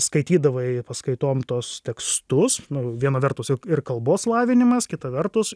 skaitydavai paskaitom tuos tekstus nu viena vertus ir kalbos lavinimas kita vertus